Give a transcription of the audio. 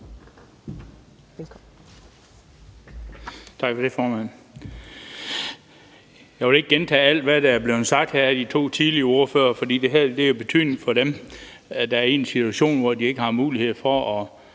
Tak for det, formand. Jeg vil ikke gentage alt, hvad der er blevet sagt her af de to foregående ordførere, men det her har betydning for dem, der er i en situation, hvor de ikke har mulighed for at